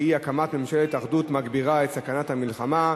שהיא: הקמת ממשלת אחדות מגבירה את סכנת המלחמה.